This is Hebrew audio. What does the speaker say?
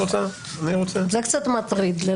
זה קצת מטריד.